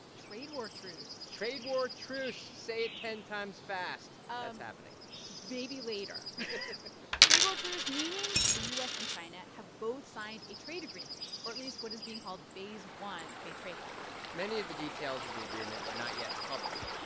trade war truce trade war truce say it ten times fast. that's happening maybe later trade war truce meaning the u s. and china have both signed a trade agreement, or at least what is being called phase one of a trade agreement many of the details of the agreement are not yet public,